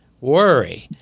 worry